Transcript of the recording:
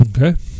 Okay